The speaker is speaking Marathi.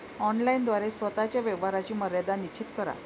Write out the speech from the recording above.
ऑनलाइन द्वारे स्वतः च्या व्यवहाराची मर्यादा निश्चित करा